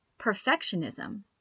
perfectionism